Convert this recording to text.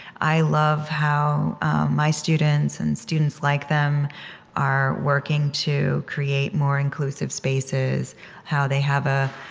i love how my students and students like them are working to create more inclusive spaces how they have a